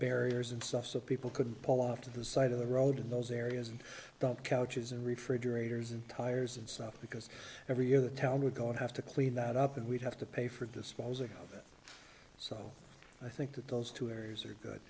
barriers and stuff so people could pull off to the side of the road in those areas and dump couches and refrigerators and tires and stuff because every year the town would go and have to clean that up and we'd have to pay for disposing of it so i think that those two areas are good